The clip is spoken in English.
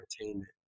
entertainment